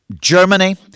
Germany